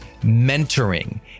Mentoring